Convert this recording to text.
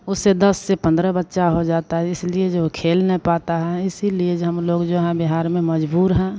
उसे दस से पंद्रह बच्चे हो जाते है इसलिए जो खेल न पाता है इसलिए जो हम लोग जो है बिहार में मजबूर हैं